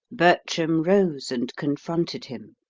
bertram rose and confronted him.